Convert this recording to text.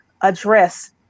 address